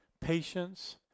patience